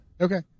Okay